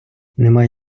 немає